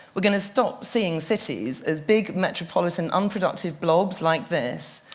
we're going to stop seeing cities as big, metropolitan, unproductive blobs, like this.